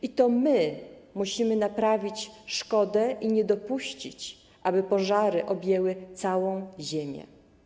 I to my musimy naprawić szkodę i nie dopuścić, aby pożary objęły całą ziemię.